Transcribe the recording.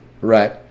right